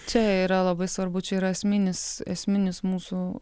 čia yra labai svarbu čia yra esminis esminis mūsų